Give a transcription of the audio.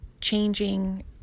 changing